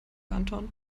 anton